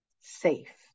safe